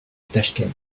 tachkent